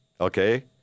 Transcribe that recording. Okay